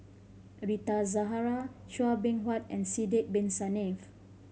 Rita Zahara Chua Beng Huat and Sidek Bin Saniff